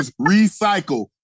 recycle